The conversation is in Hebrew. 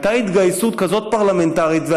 הייתה התגייסות פרלמנטרית כזאת,